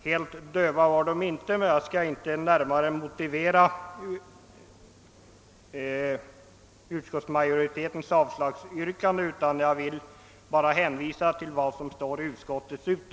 Helt döva var de inte, men jag skall inte närmare motivera utskottsmajoritetens avslagsyrkande utan hänvisar endast till vad som står i utlåtandet.